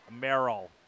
Merrill